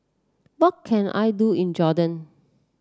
what can I do in Jordan